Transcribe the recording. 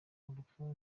urupfu